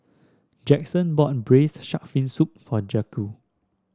Jackson bought Braised Shark Fin Soup for Jaquez